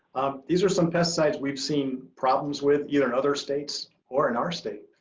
these are some pesticides we've seen problems with in and other states or in our state.